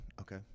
Okay